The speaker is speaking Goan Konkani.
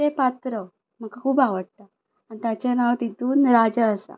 तें पात्र म्हाका खूब आवडटा आनी ताचें नांव तेतून राजा आसा